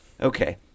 Okay